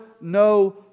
no